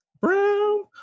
Brown